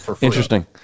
Interesting